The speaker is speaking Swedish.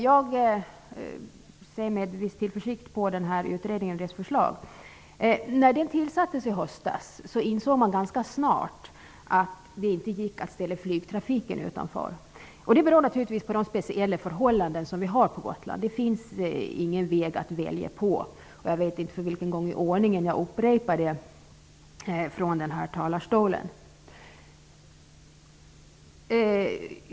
Jag ser med tillförsikt på utredningen och dess förslag. När utredningen tillsattes i höstas, insåg man ganska snart att det inte gick att ställa flygtrafiken utanför. Det beror naturligtvis på de speciella förhållandena på Gotland. Det finns ingen väg att välja på. Jag vet inte för vilken gång i ordningen jag upprepar detta från denna talarstol.